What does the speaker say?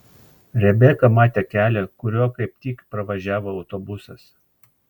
rebeka matė kelią kuriuo kaip tik pravažiavo autobusas